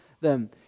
them